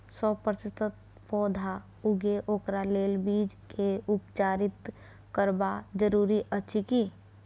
सौ प्रतिसत पौधा उगे ओकरा लेल बीज के उपचारित करबा जरूरी अछि की?